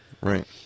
Right